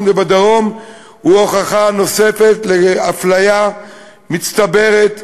ובדרום הוא הוכחה נוספת לאפליה מצטברת,